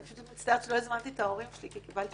אני מצטערת שלא הזמנתי את ההורים שלי כי קיבלתי